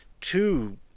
two